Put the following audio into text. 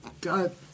god